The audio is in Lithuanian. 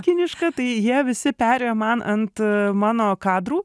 kiniška tai jie visi perėjo man ant mano kadrų